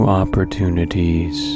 opportunities